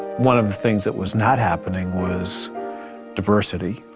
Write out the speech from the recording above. one of the things that was not happening was diversity.